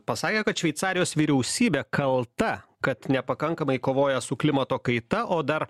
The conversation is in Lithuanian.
pasakė kad šveicarijos vyriausybė kalta kad nepakankamai kovoja su klimato kaita o dar